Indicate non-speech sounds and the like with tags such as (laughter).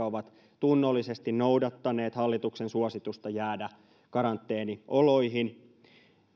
(unintelligible) ovat tunnollisesti noudattaneet hallituksen suositusta jäädä karanteenioloihin